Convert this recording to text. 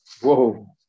whoa